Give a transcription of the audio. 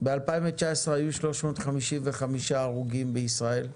ב-2019 היו 355 הרוגים בישראל,